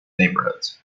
neighborhoods